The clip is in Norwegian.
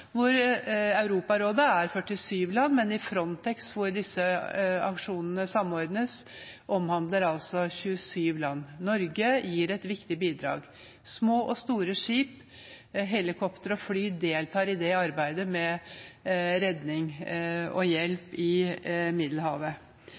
Europarådet består av 47 land, mens Frontex, hvor disse aksjonene samordnes, omfatter 27 land. Norge gir et viktig bidrag; små og store skip, helikopter og fly deltar i dette arbeidet med redning og hjelp i Middelhavet.